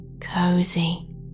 cozy